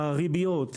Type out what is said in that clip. הריביות,